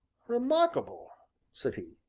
remarkable said he.